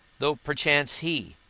though perchance he,